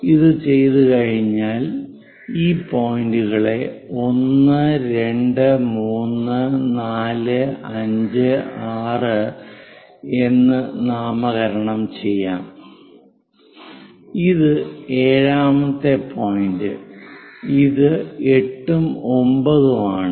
ഇത് ചെയ്തുകഴിഞ്ഞാൽ ഈ പോയിന്റുകളെ 1 2 3 4 5 6 എന്ന് നാമകരണം ചെയ്യാം ഇത് ഏഴാമത്തെ പോയിന്റ് ഇത് 8 9 ആണ്